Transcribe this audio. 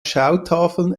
schautafeln